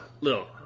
little